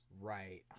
right